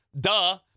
duh